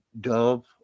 dove